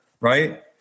right